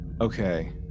Okay